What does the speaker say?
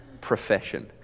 Profession